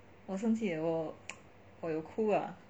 我很生气 leh 我有哭啊